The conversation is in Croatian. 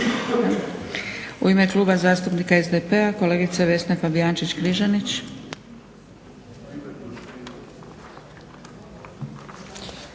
U ime Kluba zastupnika SDP-a kolegica Vesna Fabijančić-Križanić.